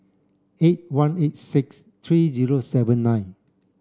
eight one eight six three zero seven nine